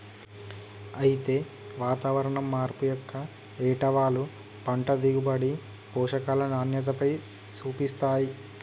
అయితే వాతావరణం మార్పు యొక్క ఏటవాలు పంట దిగుబడి, పోషకాల నాణ్యతపైన సూపిస్తాయి